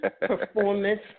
performance